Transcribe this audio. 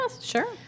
sure